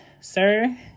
Sir